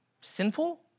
sinful